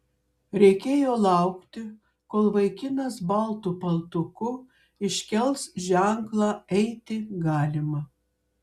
reikėjo laukti kol vaikinas baltu paltuku iškels ženklą eiti galima